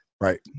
Right